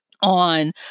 on